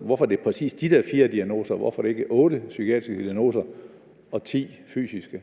Hvorfor er det præcis de der fire diagnoser? Hvorfor er det ikke otte psykiatriske diagnoser og ti fysiske?